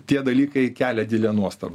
tie dalykai kelia didelę nuostabą